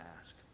ask